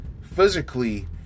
physically